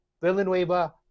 Villanueva